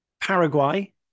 Paraguay